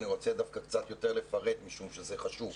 אני רוצה דווקא קצת יותר לפרט משום שזה חשוב.